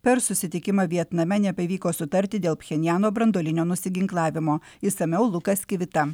per susitikimą vietname nepavyko sutarti dėl pchenjano branduolinio nusiginklavimo išsamiau lukas kivita